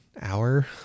hour